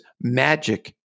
magic